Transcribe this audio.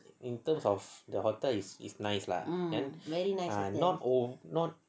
in terms of the hotel is is nice lah not old not